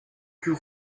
plus